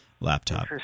laptop